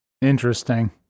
Interesting